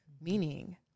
meaning